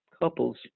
couples